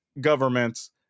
governments